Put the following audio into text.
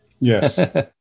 Yes